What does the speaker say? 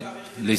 להסתפק,